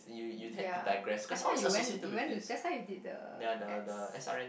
ya I thought you went you went to that why you did the test